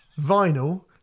vinyl